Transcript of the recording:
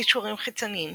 קישורים חיצוניים